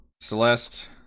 Celeste